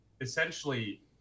essentially